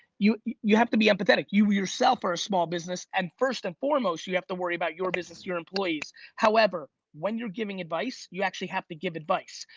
you you you have to be empathetic. you yourself are a small business and first and foremost you have to worry about your business, your employees. however, when you're giving advice, you actually have to give advice.